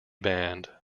band